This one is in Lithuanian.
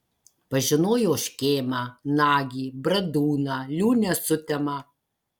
pažinojo škėmą nagį bradūną liūnę sutemą